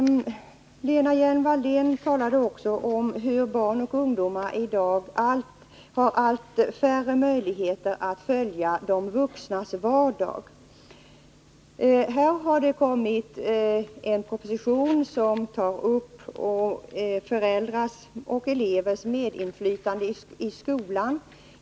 Lena Hjelm-Wallén talade också om att barn och ungdomar i dag har allt färre möjligheter att följa de vuxnas vardag. På den punkten har det lagts fram en proposition, som tar upp frågan om föräldrars och elevers medinflytande i skolan.